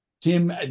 Tim